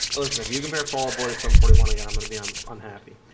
listen if you compare fall boy at some forty one again, i'm gonna be on unhappy.